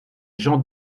jean